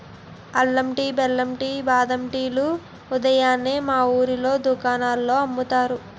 అల్లం టీ, బెల్లం టీ, బాదం టీ లు ఉదయాన్నే మా వూరు దుకాణాల్లో అమ్ముతారు